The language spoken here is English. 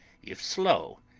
if slow,